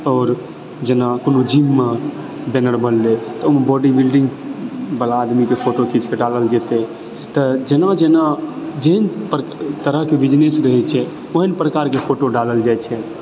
आओर जेना कोनो जिममे बैनर बनलय तऽ ओहिमे बोडी बिल्डिंगवला आदमीके फोटो खींचके डालल जेतय तऽ जेना जेना जहन पर तरहके बिजनेस रहैत छै ओहेन प्रकारके फोटो डालल जाइ छै